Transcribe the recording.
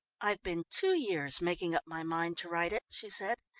i've been two years making up my mind to write it, she said,